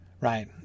right